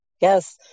yes